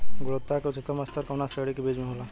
गुणवत्ता क उच्चतम स्तर कउना श्रेणी क बीज मे होला?